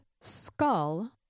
skull